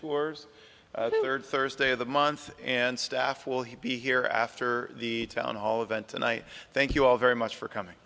there thursday of the month and staff will he be here after the town hall event tonight thank you all very much for coming